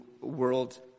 world